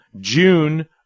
June